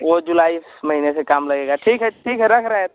वह जुलाई महीने से काम लगेगा ठीक है ठीक है रख रहे हैं